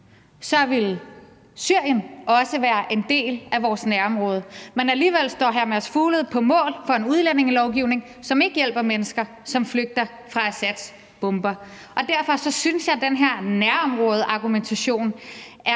vil Syrien også være en del af vores nærområde. Men alligevel står hr. Mads Fuglede på mål for en udlændingelovgivning, som ikke hjælper mennesker, som flygter fra Assads bomber, og derfor synes jeg, at den her argumentation om